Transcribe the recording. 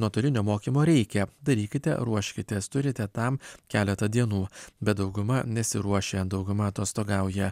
nuotolinio mokymo reikia darykite ruoškitės turite tam keletą dienų bet dauguma nesiruošia dauguma atostogauja